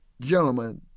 gentlemen